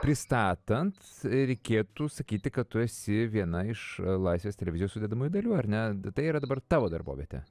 pristatant reikėtų sakyti kad tu esi viena iš laisvės televizijos sudedamųjų dalių ar ne tai yra dabar tavo darbovietė